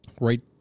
Right